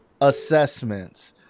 assessments